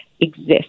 exist